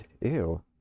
ew